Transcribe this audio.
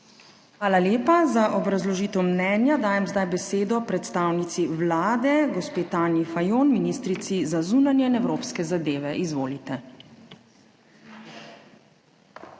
Hvala lepa. Za obrazložitev mnenja dajem zdaj besedo predstavnici Vlade gospe Tanji Fajon, ministrici za zunanje in evropske zadeve. Izvolite.